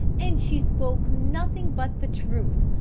and she spoke nothing but the truth.